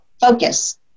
focus